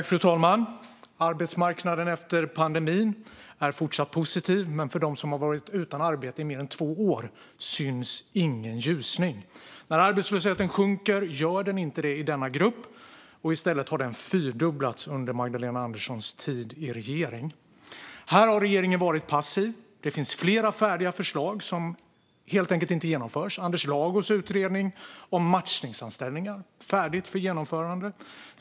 Fru talman! Arbetsmarknaden efter pandemin är fortsatt positiv, men för dem som varit utan arbete i mer än två år syns ingen ljusning. När arbetslösheten sjunker gör den inte det i denna grupp. I stället har den fyrdubblats under Magdalena Anderssons tid i regering. Här har regeringen varit passiv. Det finns flera färdiga förslag som helt enkelt inte genomförs. Anders Lagos utredning om matchningsanställningar har ett förslag som är färdigt för genomförande.